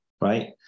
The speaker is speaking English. Right